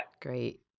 Great